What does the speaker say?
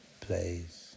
plays